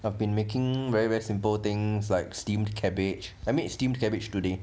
I've been making very very simple things like steamed cabbage I made steamed cabbage today